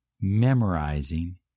memorizing